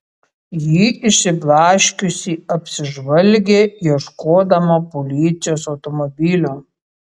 ji išsiblaškiusi apsižvalgė ieškodama policijos automobilio